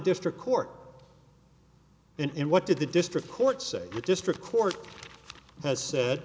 district court and what did the district court say the district court has said